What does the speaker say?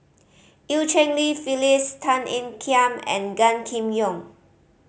Eu Cheng Li Phyllis Tan Ean Kiam and Gan Kim Yong